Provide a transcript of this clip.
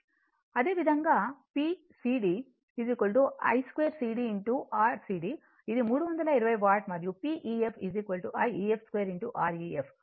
అదేవిధంగా p cd ICd 2 R cd ఇది 320 watt మరియు Pef Ief 2 Ref కాబట్టి ఇది 160 వాట్ వస్తుంది